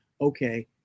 okay